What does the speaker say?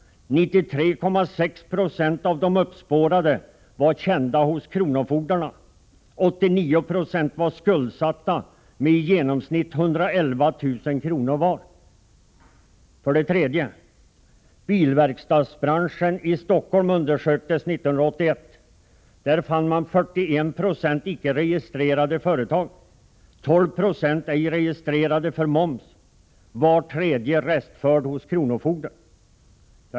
93,6 9o av de uppspårade var kända hos kronofogdarna, 89 96 var skuldsatta med i genomsnitt 111 000 kr. var. För det tredje: Bilverkstadsbranschen i Stockholm undersöktes 1981. Där fann man 41 96 icke registrerade företag, 12 6 ej registrerade för moms, vart tredje företag restfört hos kronofogdarna.